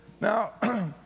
Now